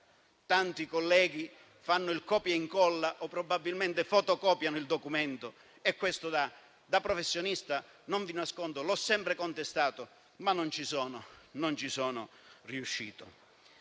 tanti colleghi fanno copia e incolla o probabilmente fotocopiano il documento (e questo, da professionista, non vi nascondo di averlo sempre contestato, ma non sono riuscito